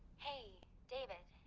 hey, david.